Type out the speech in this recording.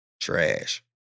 Trash